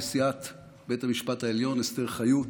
נשיאת בית המשפט העליון אסתר חיות,